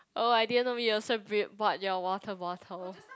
oh I didn't know me also bou~ bought your water bottle